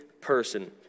person